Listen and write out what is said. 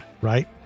right